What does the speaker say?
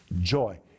joy